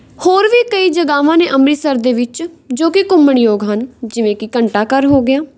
ਹੋਰ ਵੀ ਕਈ ਜਗਾਵਾਂ ਨੇ ਅੰਮ੍ਰਿਤਸਰ ਦੇ ਵਿੱਚ ਜੋ ਕਿ ਘੁੰਮਣਯੋਗ ਹਨ ਜਿਵੇਂ ਕਿ ਘੰਟਾ ਘਰ ਹੋ ਗਿਆ